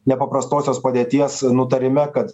nepaprastosios padėties nutarime kad